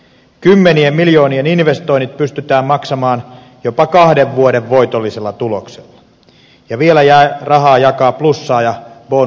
kymmenien miljoonien investoinnit pystytään maksamaan jopa kahden vuoden voitollisella tuloksella ja vielä jää rahaa jakaa plussaa ja bonusta asiakkaille